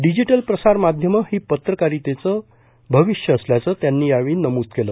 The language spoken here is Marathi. डिजिटल प्रसारमाध्यमं ही पत्रकारितेचं भविष्य असल्याचं त्यांनी यावेळी नमूद केलं